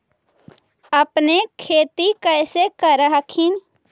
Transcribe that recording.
अपने खेती कैसे कर हखिन?